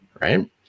right